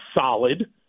solid